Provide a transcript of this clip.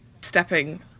stepping